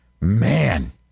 man